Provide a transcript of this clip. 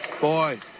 Boy